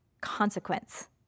consequence